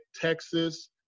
Texas